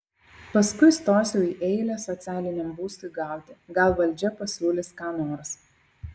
paskui stosiu į eilę socialiniam būstui gauti gal valdžia pasiūlys ką nors